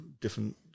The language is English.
different